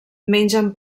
mengen